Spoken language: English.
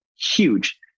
huge